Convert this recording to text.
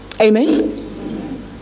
Amen